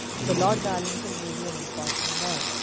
so, lord darlington may be an important man,